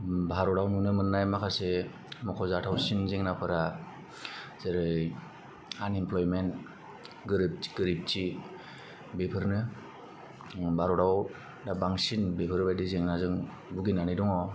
भारतआव नुनो मोननाय माखासे मख'जाथावसिन जेंनाफोरा जेरै आनएमप्लयमेन्ट गोरिबथि बेफोरनो भारतआव दा बांसिन बेफोरबायदि जेंनाजों बुगिनानै दङ